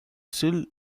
still